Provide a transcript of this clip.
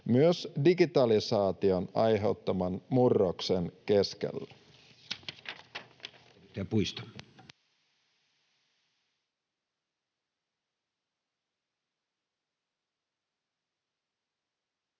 myös digitalisaation aiheuttaman murroksen keskellä.